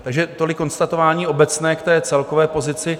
Takže tolik konstatování obecné k té celkové pozici.